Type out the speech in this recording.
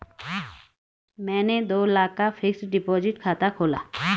मैंने दो लाख का फ़िक्स्ड डिपॉज़िट खाता खोला